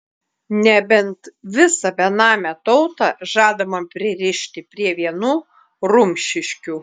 nebent visą benamę tautą žadama pririšti prie vienų rumšiškių